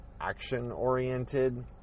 action-oriented